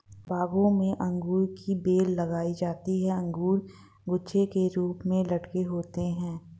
बागों में अंगूर की बेल लगाई जाती है अंगूर गुच्छे के रूप में लटके होते हैं